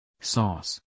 Sauce